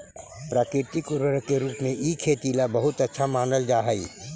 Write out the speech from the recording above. प्राकृतिक उर्वरक के रूप में इ खेती ला बहुत अच्छा मानल जा हई